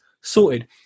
Sorted